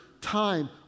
time